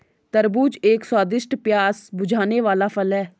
तरबूज एक स्वादिष्ट, प्यास बुझाने वाला फल है